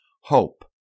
hope